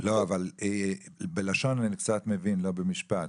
לא, אבל בלשון אני קצת מבין, לא במשפט.